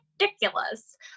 ridiculous